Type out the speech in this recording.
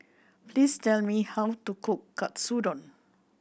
please tell me how to cook Katsudon